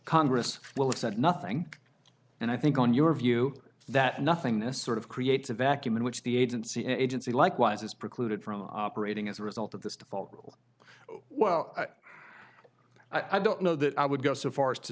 congress will have said nothing and i think on your view that nothingness sort of creates a vacuum in which the agency agency likewise is precluded from operating as a result of this default rule well i don't know that i would go so far as to